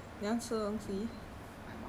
just saying I very very hungry